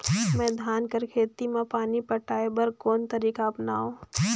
मैं धान कर खेती म पानी पटाय बर कोन तरीका अपनावो?